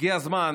שהגיע הזמן